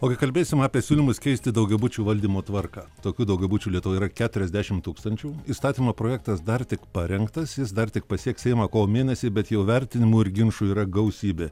ogi kalbėsim apie siūlymus keisti daugiabučių valdymo tvarką tokių daugiabučių lietuvoje yra keturiasdešimt tūkstančių įstatymo projektas dar tik parengtas jis dar tik pasieks seimą kovo mėnesį bet jau vertinimų ir ginčų yra gausybė